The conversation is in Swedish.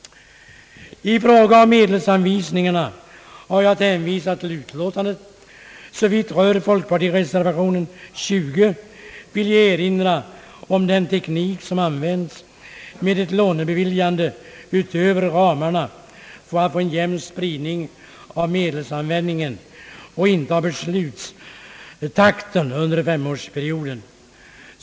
I fråga om medelsanvisningarna har jag att hänvisa till utlåtandet. Såvitt rör folkpartireservationen nr 20 vill jag erinra om den teknik som används, med ett lånebeviljande utöver ramarna för att få en jämn spridning av medelsanvändningen och inte av beslutstakten under femårsperioden.